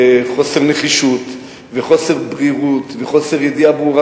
וחוסר נחישות וחוסר ברירות וחוסר ידיעה ברורה